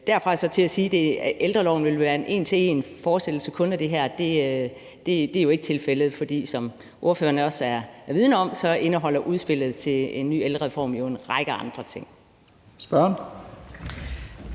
derfra og så til at sige, at ældreloven vil være en en til en-fortsættelse af kun det her, kan man jo ikke. For som ordføreren også er vidende om, indeholder udspillet til en ny ældrereform jo en række andre ting.